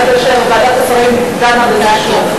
עד אשר ועדת השרים דנה בזה שוב.